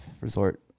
resort